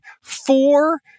four